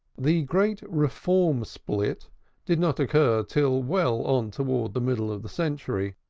the great reform split did not occur till well on towards the middle of the century,